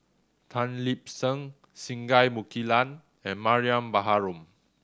Tan Lip Seng Singai Mukilan and Mariam Baharom